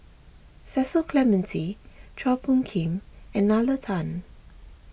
Cecil Clementi Chua Phung Kim and Nalla Tan